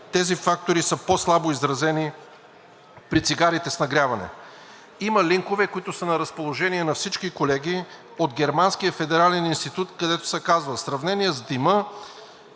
тези фактори са по-слабо изразени при цигарите с нагряване. Има линкове, които са на разположение на всички колеги, от Германския федерален институт, където се казва: „В сравнение с дима,